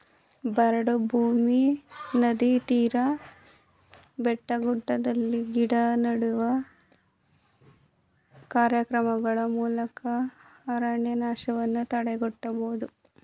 ಬರಡು ಭೂಮಿ, ನದಿ ತೀರ, ಬೆಟ್ಟಗುಡ್ಡಗಳಲ್ಲಿ ಗಿಡ ನೆಡುವ ಕಾರ್ಯಕ್ರಮಗಳ ಮೂಲಕ ಅರಣ್ಯನಾಶವನ್ನು ತಡೆಗಟ್ಟಬೋದು